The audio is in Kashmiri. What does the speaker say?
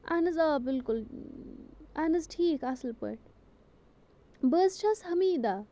اَہَن حظ آ بِلکُل اَہَن حظ ٹھیٖک اَصٕل پٲٹھۍ بہٕ حظ چھَس حمیٖدہ